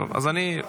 טוב אז אני,